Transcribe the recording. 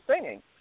singing